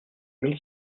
mille